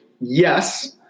yes